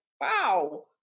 wow